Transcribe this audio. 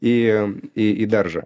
į į į daržą